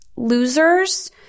losers